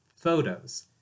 photos